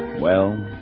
well